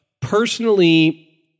Personally